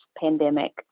pandemic